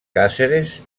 càceres